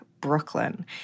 Brooklyn